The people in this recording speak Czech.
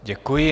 Děkuji.